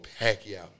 Pacquiao